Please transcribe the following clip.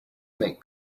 make